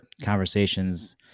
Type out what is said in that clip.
conversations